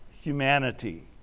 humanity